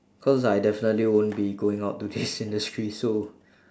cause I definitely won't be going out to this industry so